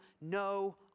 no